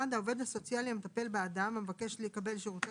העובד הסוציאלי המטפל באדם המבקש לקבל שירותי